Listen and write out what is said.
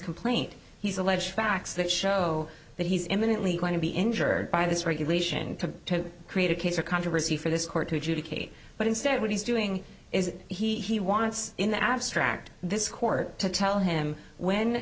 complaint he's alleged facts that show that he's imminently going to be injured by this regulation to create a case or controversy for this court to adjudicate but instead what he's doing is he wants in the abstract this court to tell him w